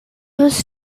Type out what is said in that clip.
was